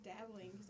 dabbling